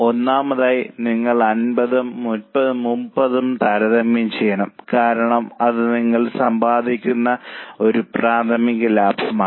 ഒന്നാമതായി നിങ്ങൾ 50 ഉം 30 ഉം താരതമ്യം ചെയ്യണം കാരണം അത് നിങ്ങൾ സമ്പാദിക്കുന്ന ഒരു പ്രാഥമിക ലാഭമാണ്